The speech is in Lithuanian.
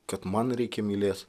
kad man reikia mylėt